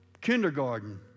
kindergarten